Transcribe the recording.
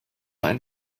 ein